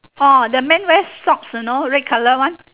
orh the man wearing socks you know red colour one